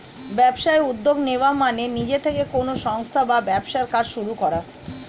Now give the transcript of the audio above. ব্যবসায় উদ্যোগ নেওয়া মানে নিজে থেকে কোনো সংস্থা বা ব্যবসার কাজ শুরু করা